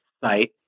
site